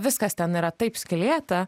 viskas ten yra taip skylėta